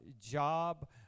job